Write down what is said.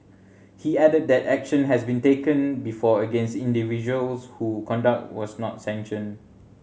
he added that action has been taken before against individuals who conduct is not sanctioned